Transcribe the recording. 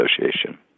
Association